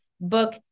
book